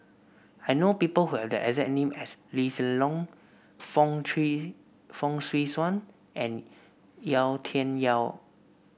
I know people who have the exact name as Lee Hsien Loong Fong Swee Suan and Yau Tian Yau